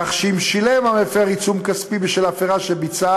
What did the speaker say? כך שאם שילם המפר עיצום כספי בשל הפרה שביצע